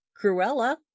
Cruella